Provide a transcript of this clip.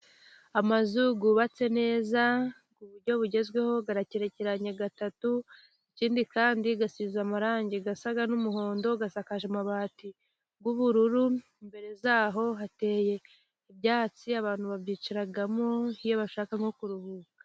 Amazu yubatse neza ku buryo bugezweho, aragerekeranye gatatu. Ikindi kandi asize amarangi asa n'umuhondo, asakaje amabati y'ubururu. Imbere yaho hateye ibyatsi, abantu babyiciramo iyo bashaka nko kuruhuka.